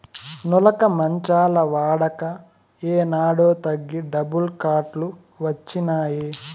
నులక మంచాల వాడక ఏనాడో తగ్గి డబుల్ కాట్ లు వచ్చినాయి